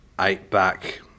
eight-back